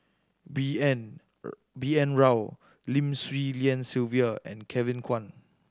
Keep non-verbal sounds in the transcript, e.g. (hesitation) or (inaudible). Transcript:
B N (hesitation) B N Rao Lim Swee Lian Sylvia and Kevin Kwan